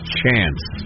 chance